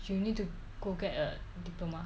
you need to go get a diploma